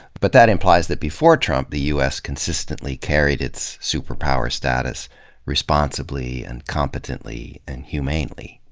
but that implies that before trump, the u s. consistently carried it's superpower status responsibly and competently and humanely.